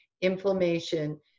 inflammation